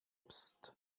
psst